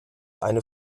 eine